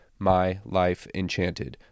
mylifeenchanted